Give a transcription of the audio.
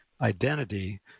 identity